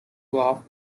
off